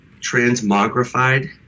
transmogrified